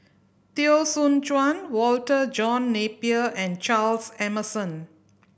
Teo Soon Chuan Walter John Napier and Charles Emmerson